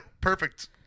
perfect